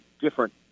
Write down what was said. different